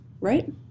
Right